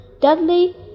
Dudley